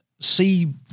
see